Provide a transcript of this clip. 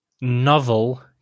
novel